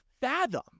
fathom